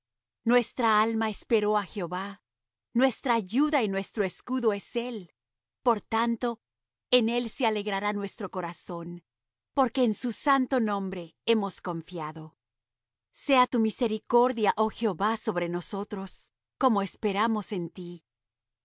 nuestra alma esperó á jehová nuestra ayuda y nuestro escudo es él por tanto en él se alegrará nuestro corazón porque en su santo nombre hemos confiado sea tu misericordia oh jehová sobre nosotros como esperamos en ti